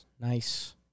Nice